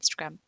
Instagram